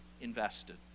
invested